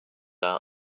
out